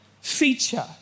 feature